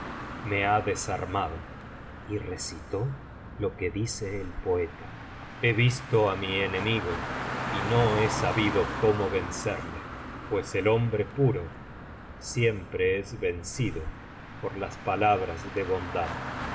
me ha desarmado y recitó lo que dice el poeta he visto á mi enemigo y no he sabido cómo vencerle pites el hombre puro siempre es vencido por las palabras de bondad